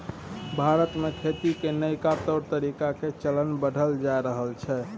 भारत में खेती के नइका तौर तरीका के चलन बढ़ल जा रहल छइ